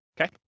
Okay